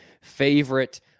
favorite